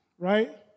Right